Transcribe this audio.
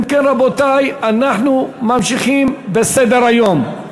אם כן, רבותי, אנחנו ממשיכים בסדר-היום: